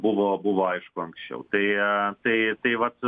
buvo buvo aišku anksčiau tai tai vat